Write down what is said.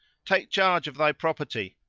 take charge of thy property.